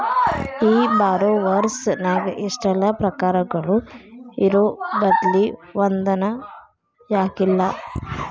ಈ ಬಾರೊವರ್ಸ್ ನ್ಯಾಗ ಇಷ್ಟೆಲಾ ಪ್ರಕಾರಗಳು ಇರೊಬದ್ಲಿ ಒಂದನ ಯಾಕಿಲ್ಲಾ?